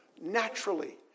naturally